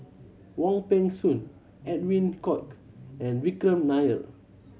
Wong Peng Soon Edwin Koek and Vikram Nair